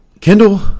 Kendall